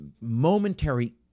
momentary